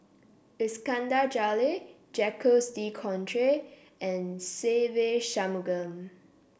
Iskandar Jalil Jacques De Coutre and Se Ve Shanmugam